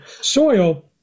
soil